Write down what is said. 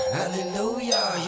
hallelujah